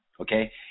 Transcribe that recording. okay